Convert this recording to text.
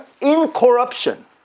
incorruption